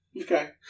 Okay